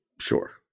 Sure